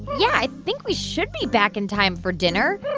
yeah, i think we should be back in time for dinner